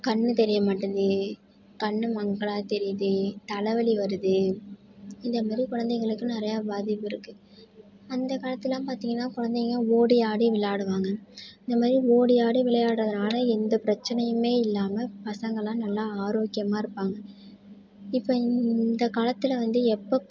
கண் தெரியமாட்டேன்கிது கண் மங்கலாக தெரியுது தலைவலி வருது இந்த மாதிரி கொழந்தைங்களுக்கு நிறையா பாதிப்பு இருக்குது அந்த காலத்துலெலாம் பார்த்தீங்கன்னா கொழந்தைங்க ஓடி ஆடி விளாடுவாங்க இந்த மாதிரி ஓடி ஆடி விளையாடுறதனால எந்தப் பிரச்சினையுமே இல்லாமல் பசங்களெலாம் நல்லா ஆரோக்கியமாக இருப்பாங்க இப்போ இந்த காலத்தில் வந்து எப்போது